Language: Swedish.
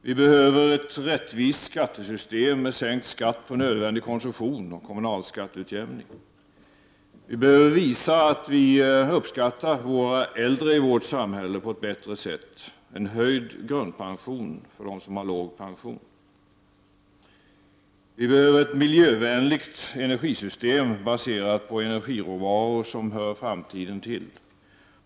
Vi behöver ett rättvist skattesystem med sänkt skatt på nödvändig konsumtion och kommunalskatteutjämning. Vi behöver på ett bättre sätt visa att vi uppskattar våra äldre. De som har låg pension bör få en höjd grundpension. Vi behöver ett miljövänligt energisystem baserat på energiråvaror som hör framtiden till.